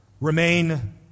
remain